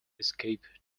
escape